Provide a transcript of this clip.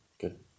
Good